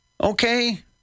Okay